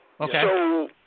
Okay